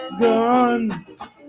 Gone